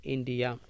India